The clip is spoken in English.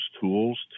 tools